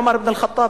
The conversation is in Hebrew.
עומר אבן אל-ח'טאב,